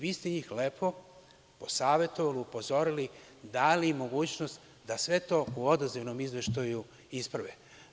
Vi ste njih lepo posavetovali, upozorili, dali mogućnost da sve to u odazivnom izveštaju isprave.